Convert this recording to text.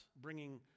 bringing